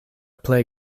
plej